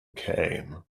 came